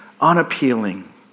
unappealing